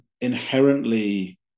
inherently